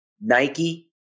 Nike